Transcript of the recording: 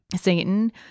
Satan